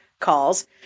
calls